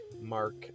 Mark